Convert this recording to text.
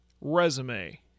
resume